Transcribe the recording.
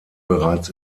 bereits